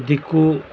ᱫᱤᱠᱩ